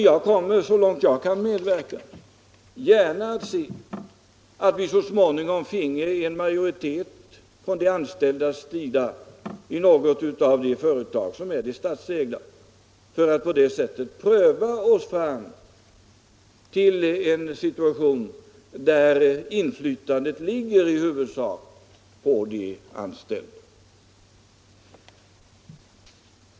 Jag skulle, så långt jag kan medverka, gärna se att vi så småningom fick en majoritet från de anställdas sida i något av de statsägda företagen för att på det sättet pröva oss fram till en situation där inflytandet ligger i huvudsak hos de anställda.